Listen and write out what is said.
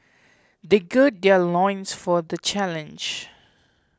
they gird their loins for the challenge